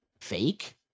fake